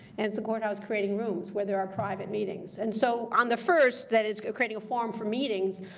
and it's the courthouse creating rooms where there are private meetings. and so, on the first, that is creating a forum for meetings,